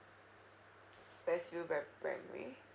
west view we~ primary